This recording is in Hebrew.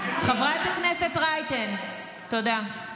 חברת הכנסת רייטן, תודה.